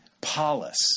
polis